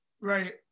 right